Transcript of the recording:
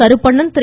Karuppanan Thiru